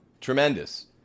tremendous